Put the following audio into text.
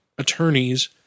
attorneys